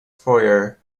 fourier